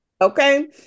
Okay